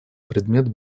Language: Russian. предмет